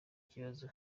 kibazo